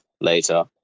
later